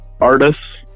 artists